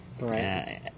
right